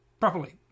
properly